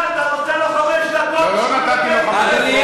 אדוני